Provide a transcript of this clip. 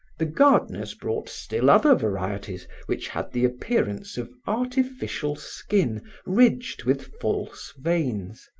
the gardeners brought still other varieties which had the appearance of artificial skin ridged with false veins,